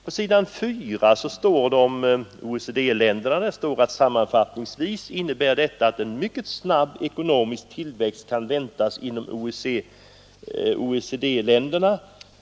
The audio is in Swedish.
På s. 4 står det om OECD-länderna: ”Sammanfattningsvis innebär detta att en mycket snabb ekonomisk tillväxt kan väntas inom OECD-länderna.